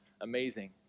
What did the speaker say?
amazing